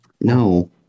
No